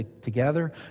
together